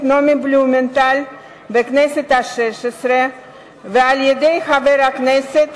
נעמי בלומנטל בכנסת השש-עשרה ועל-ידי חבר הכנסת